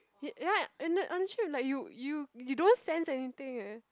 ya and then on the trip like you you you don't sense anything eh